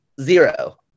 zero